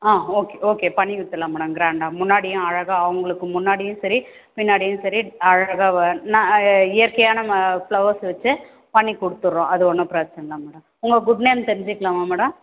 ஆ okay okay பண்ணி விட்டுறலாம்மேடம் க்ராண்டாக முன்னாடியும் அழகாக அவங்களுக்கு முன்னாடியும் சரி பின்னாடியும் சரி அழகாக வ நான் இயற்கையான நம்ம ஃப்ளவர்ஸ் வச்சு பண்ணிக் கொடுத்துர்றோம் அது ஒன்றும் பிரச்சின இல்லை மேடம் உங்கள் குட் நேம் தெரிஞ்சிக்கலாமா மேடம்